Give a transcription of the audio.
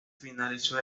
finalizó